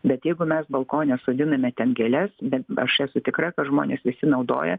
bet jeigu mes balkone sodiname ten gėles bent aš esu tikra kad žmonės visi naudoja